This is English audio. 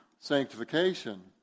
sanctification